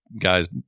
guys